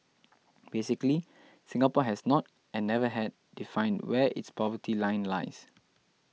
basically Singapore has not and never had defined where its poverty line lies